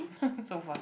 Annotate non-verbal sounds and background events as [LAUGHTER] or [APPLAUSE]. [LAUGHS] so far